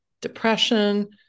depression